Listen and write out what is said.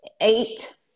eight